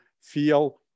feel